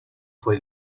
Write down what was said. fue